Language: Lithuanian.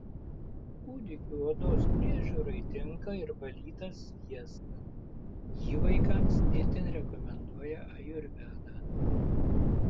kūdikių odos priežiūrai tinka ir valytas sviestas jį vaikams itin rekomenduoja ajurveda